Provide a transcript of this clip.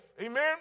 Amen